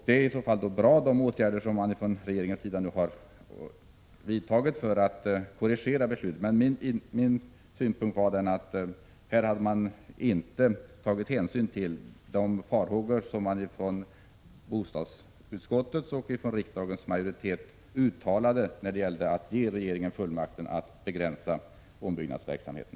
Det är ju bra att regeringen har vidtagit åtgärder för att korrigera beslutet. Min synpunkt var emellertid att man här inte hade tagit hänsyn till de farhågor som både bostadsutskottets och kammarens majoritet uttalade när det gällde att ge regeringen fullmakt att begränsa ombyggnadsverksamheten.